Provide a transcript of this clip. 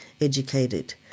educated